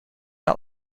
out